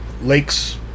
Lakes